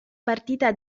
partita